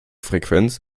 frequenz